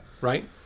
Right